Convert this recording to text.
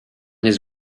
his